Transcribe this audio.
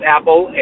Apple